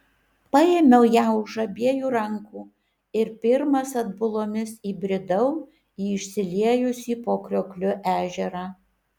paėmiau ją už abiejų rankų ir pirmas atbulomis įbridau į išsiliejusį po kriokliu ežerą